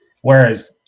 Whereas